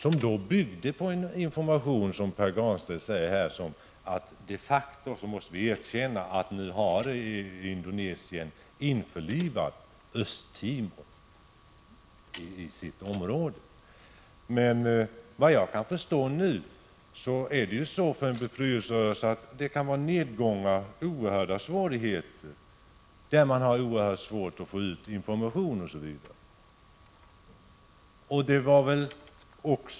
Detta byggde på, som Pär Granstedt sade, sådan information att vi de facto måste erkänna att Indonesien nu har införlivat Östtimor i sitt område. Såvitt jag kan förstå kan befrielserörelser ha nedgångar och ha oerhört svårt att få ut information.